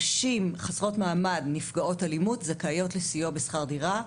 נשים חסרות מעמד נפגעות אלימות זכאיות לסיוע בשכר דירה.